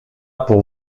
pour